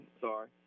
sorry